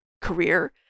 career